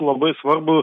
labai svarbų